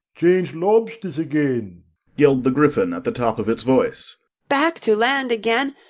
change lobsters again yelled the gryphon at the top of its voice. back to land again,